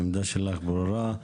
העמדה שלך ברורה.